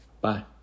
bye